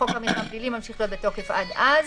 חוק המרשם הפלילי ממשיך להיות בתוקף עד אז.